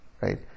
Right